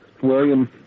William